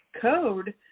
code